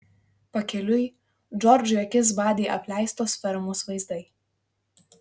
pakeliui džordžui akis badė apleistos fermos vaizdai